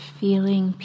feeling